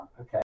Okay